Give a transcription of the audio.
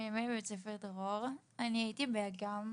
אני למדתי בבית ספר תבור והייתי בתוכנית "אגם"